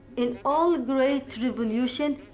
in all great revolution,